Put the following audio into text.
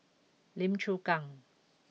Lim Chu Kang